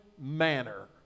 manner